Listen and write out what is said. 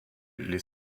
les